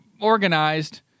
organized